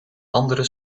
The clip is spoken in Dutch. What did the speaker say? andere